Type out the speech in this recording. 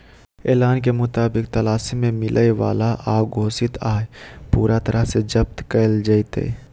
ऐलान के मुताबिक तलाशी में मिलय वाला अघोषित आय पूरा तरह से जब्त कइल जयतय